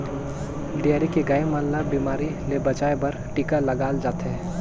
dairy के गाय मन ल बेमारी ले बचाये बर टिका लगाल जाथे